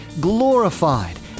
glorified